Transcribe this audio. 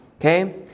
okay